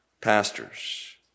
pastors